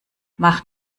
mach